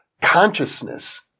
consciousness